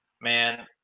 man